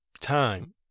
time